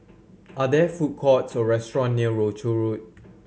are there food courts or restaurant near Rochor Road